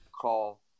call